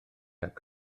heb